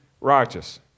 righteous